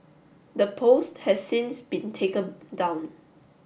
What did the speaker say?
the post has since been taken down